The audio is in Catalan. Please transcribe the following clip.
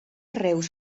reus